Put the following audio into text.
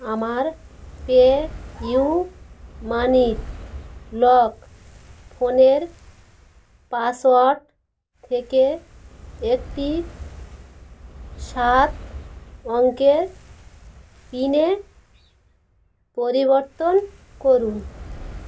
আমার পেইউ মানির লক ফোনের পাসওয়ার্ড থেকে একটি সাত অঙ্কের পিনে পরিবর্তন করুন